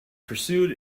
pursued